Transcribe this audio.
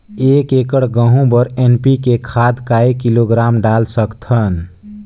एक एकड़ गहूं बर एन.पी.के खाद काय किलोग्राम डाल सकथन?